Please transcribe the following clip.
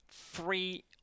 three